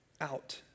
out